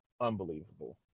Unbelievable